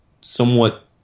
somewhat